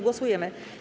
Głosujemy.